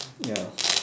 ya